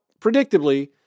predictably